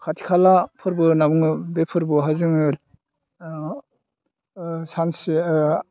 खाथि खाला फोरबो होनना बुङो बे फोरबोआवहाय जोङो सानसे